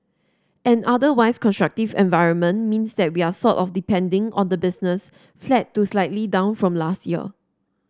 an otherwise constructive environment means that we're sort of depending on the business flat to slightly down from last year